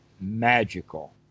magical